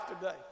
today